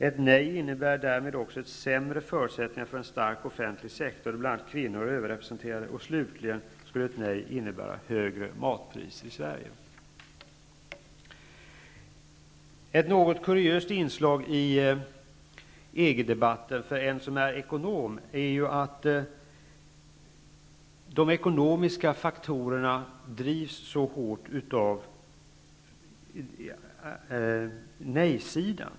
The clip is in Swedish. Ett nej innebär därmed också sämre förutsättningar för en stark offentlig sektor, där bl.a. kvinnorna är överrepresenterade. Och slutligen skulle ett nej innebära högre matpriser i Sverige. För en ekonom är det ett något kuriöst inslag i EG debatten att detta med de ekonomiska faktorerna drivs så hårt av nejsidan.